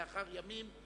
לאחר ימים.